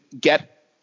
get